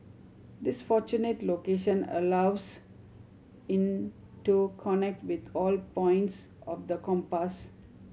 this fortunate location allows in to connect with all points of the compass